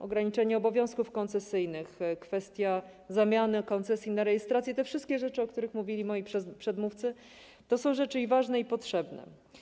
Ograniczenie obowiązków koncesyjnych, kwestia zamiany koncesji na rejestrację, te wszystkie rzeczy, o których mówili moi przedmówcy, to są rzeczy i ważne i potrzebne.